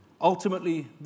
Ultimately